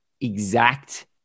exact